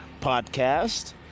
Podcast